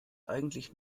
eigentlich